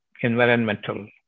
environmental